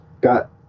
got